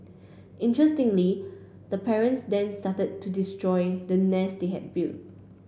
interestingly the parents then started to destroy the nest they had built